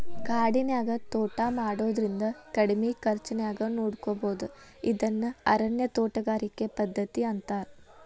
ಕಾಡಿನ್ಯಾಗ ತೋಟಾ ಮಾಡೋದ್ರಿಂದ ಕಡಿಮಿ ಖರ್ಚಾನ್ಯಾಗ ನೋಡ್ಕೋಬೋದು ಇದನ್ನ ಅರಣ್ಯ ತೋಟಗಾರಿಕೆ ಪದ್ಧತಿ ಅಂತಾರ